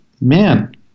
man